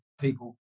people